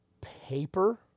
paper